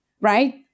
right